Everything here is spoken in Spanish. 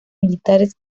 militares